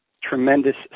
Tremendous